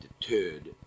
deterred